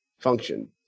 function